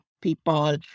people